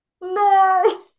No